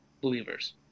believers